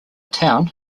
town